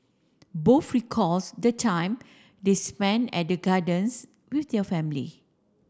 both recalls the time they spent at the gardens with their family